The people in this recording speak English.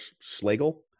Schlegel